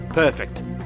perfect